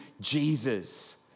Jesus